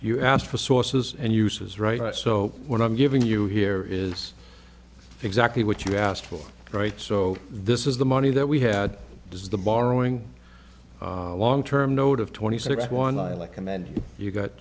you asked for sources and uses right so when i'm giving you here is exactly what you asked for right so this is the money that we had does the borrowing long term note of twenty six one i like and then you got